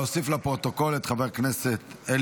להלן תוצאות ההצבעה: